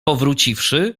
powróciwszy